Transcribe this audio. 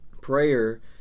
prayer